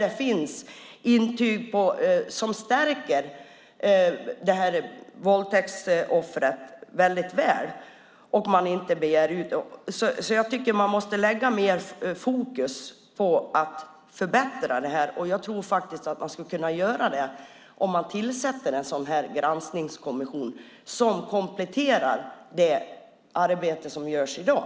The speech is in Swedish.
Det finns alltså intyg som stärker våldtäktsoffrets berättelse väl, men man begär inte ut dem. Jag tycker att vi måste sätta mer fokus på att förbättra detta. Jag tror att vi skulle kunna göra det om vi tillsätter en granskningskommission som kompletterar det arbete som görs i dag.